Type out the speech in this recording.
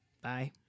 Bye